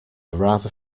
rather